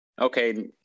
okay